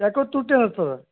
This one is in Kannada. ಯಾಕೋ ತುಟ್ಟಿ ಅನಸ್ತದೆ